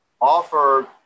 offer